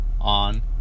on